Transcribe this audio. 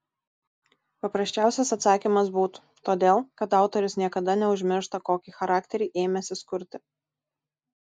paprasčiausias atsakymas būtų todėl kad autorius niekada neužmiršta kokį charakterį ėmęsis kurti